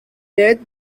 death